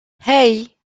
hey